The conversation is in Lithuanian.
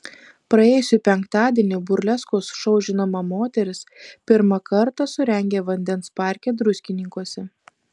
praėjusį penktadienį burleskos šou žinoma moteris pirmą kartą surengė vandens parke druskininkuose